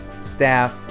staff